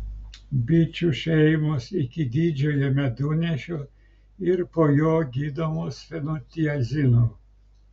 bičių šeimos iki didžiojo medunešio ir po jo gydomos fenotiazinu